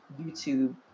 YouTube